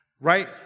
Right